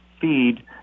feed